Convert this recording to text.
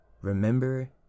remember